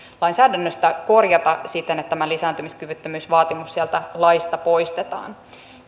lainsäädännöstä korjata siten että tämä lisääntymiskyvyttömyysvaatimus sieltä laista poistetaan